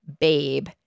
babe